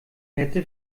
hätte